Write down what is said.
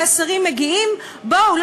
שהשרים מגיעים: בואו,